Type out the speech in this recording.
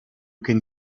can